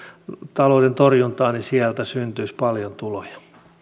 talouden torjuntaan syntyisi paljon tuloja